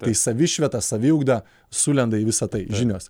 tai savišvieta saviugda sulenda į visai tai žinios